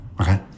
Okay